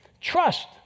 Trust